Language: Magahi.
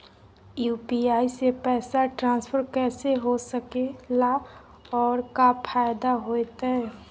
यू.पी.आई से पैसा ट्रांसफर कैसे हो सके ला और का फायदा होएत?